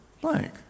blank